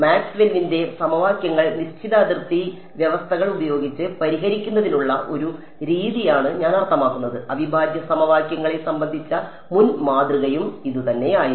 മാക്സ്വെല്ലിന്റെ സമവാക്യങ്ങൾ നിശ്ചിത അതിർത്തി വ്യവസ്ഥകൾ ഉപയോഗിച്ച് പരിഹരിക്കുന്നതിനുള്ള ഒരു രീതിയാണ് ഞാൻ അർത്ഥമാക്കുന്നത് അവിഭാജ്യ സമവാക്യങ്ങളെ സംബന്ധിച്ച മുൻ മാതൃകയും ഇതുതന്നെയായിരുന്നു